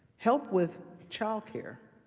help with childcare,